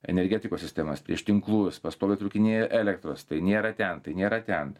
energetikos sistemas prieš tinklų pastoviai trūkinėja elektros tai nėra ten tai nėra ten